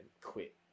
quit